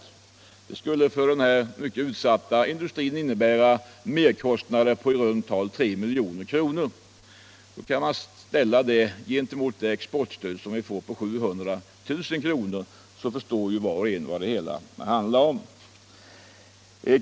Det skulle för den här mycket utsatta industrin innebära merkostnader på i runt tal 3 milj.kr. Om man ställer detta mot det exportstöd vi får på 700 000 kr. förstår var och en vad det hela handlar om.